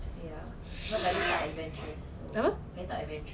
ya cause I tak adventurous so saya tak adventurous